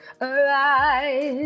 Arise